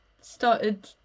started